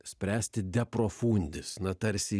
spręsti deprofundis na tarsi